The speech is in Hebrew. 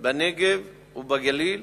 בנגב ובגליל.